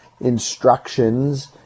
instructions